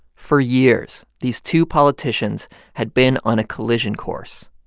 for years, these two politicians had been on a collision course.